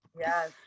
Yes